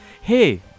hey